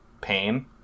pain